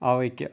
آوٕے کہ